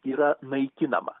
yra naikinama